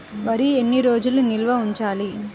వరి ఎన్ని రోజులు నిల్వ ఉంచాలి?